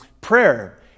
prayer